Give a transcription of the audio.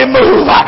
move